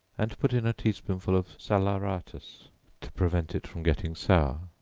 and put in a tea-spoonful of salaeratus to prevent it from getting sour.